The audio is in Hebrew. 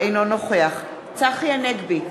אינו נוכח צחי הנגבי,